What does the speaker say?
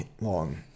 long